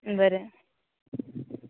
बरें